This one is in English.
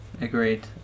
agreed